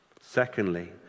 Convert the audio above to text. secondly